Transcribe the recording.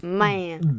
man